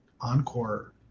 Encore